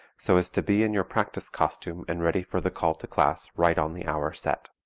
so as to be in your practice costume and ready for the call to class right on the hour set.